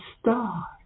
star